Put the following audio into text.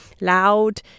loud